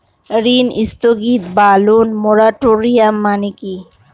ঋণ স্থগিত বা লোন মোরাটোরিয়াম মানে কি?